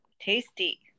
Tasty